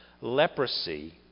leprosy